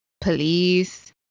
police